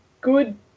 good